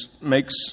makes